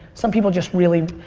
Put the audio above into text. some people just really,